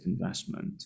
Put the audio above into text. investment